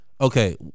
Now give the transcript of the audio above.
Okay